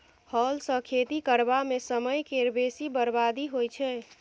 हल सँ खेती करबा मे समय केर बेसी बरबादी होइ छै